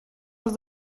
als